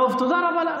תודה רבה.